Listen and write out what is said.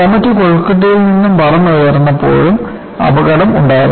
comet കൊൽക്കത്തയിൽ നിന്ന് പറന്നപ്പോഴും അപകടം ഉണ്ടായിരുന്നു